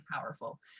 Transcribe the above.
powerful